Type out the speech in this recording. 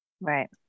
Right